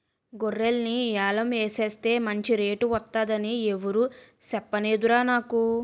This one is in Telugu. గొర్రెల్ని యాలం ఎసేస్తే మంచి రేటు వొత్తదని ఎవురూ సెప్పనేదురా నాకు